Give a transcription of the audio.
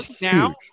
now